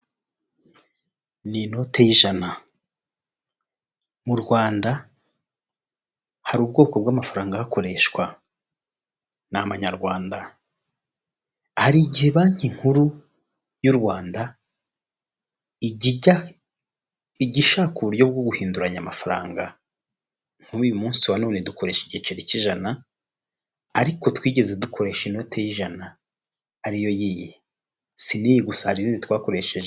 Ni inote y'ijana. Mu Rwanda hari ubwoko bw'amafaranga hakoreshwa. Ni amanyarwanda. Hari igihe banki nkuru y'u Rwanda ijya ijya, ijya ishaka uburyo bwo guhinduranya amafaranga. Nk'uyu munsi wa none dukoresha igiceri cy'ijana, ariko twigeze dukoresha inoti y'ijana; ariyo y'iyi. Si n'iyi gusa, hari izindi twakoresheje.